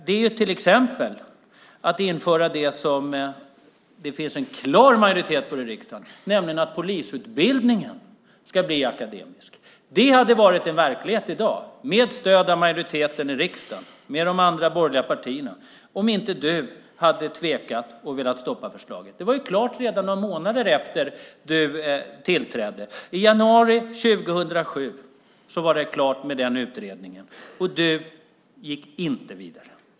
Det handlar till exempel om att införa det som det finns en klar majoritet för i riksdagen, nämligen att göra polisutbildningen akademisk. Det hade varit en verklighet i dag med stöd av majoriteten i riksdagen och med de andra borgerliga partierna om inte du hade tvekat och velat stoppa förslaget. Det var klart redan några månader efter att du tillträdde. I januari 2007 var den utredningen klar, och du gick inte vidare.